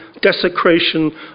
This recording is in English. desecration